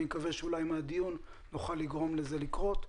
אני מקווה שאולי מהדיון נוכל לגרום לכך לקרות.